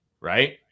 Right